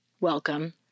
welcome